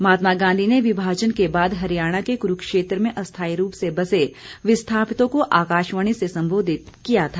महात्मा गांधी ने विभाजन के बाद हरियाणा के क्रुक्षेत्र में अस्थाई रूप से बसे विस्थापितों को आकाशवाणी से सम्बोधित किया था